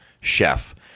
chef